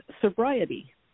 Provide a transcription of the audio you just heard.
sobriety